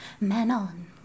Manon